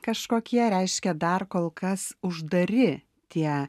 kažkokie reiškia dar kolkas uždari tie